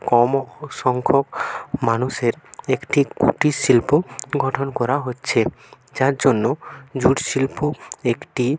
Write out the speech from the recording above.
কমও সংখ্যক মানুষের একটি কুটির শিল্প গঠন করা হচ্ছে যার জন্য জুট শিল্প একটি